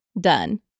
done